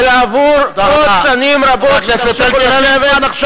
אף אחד לא מאמין לו.